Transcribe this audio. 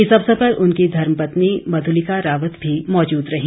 इस अवसर पर उनकी धर्मपत्नी मधुलिका रावत भी मौजूद रहीं